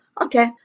okay